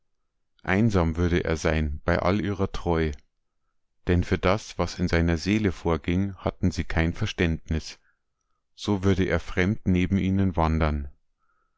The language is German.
einsam würde er sein bei all ihrer treu denn für das was in seiner seele vorging hatten sie kein verständnis so würde er fremd neben ihnen wandern